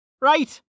right